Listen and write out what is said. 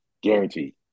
Guaranteed